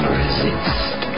resist